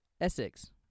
Essex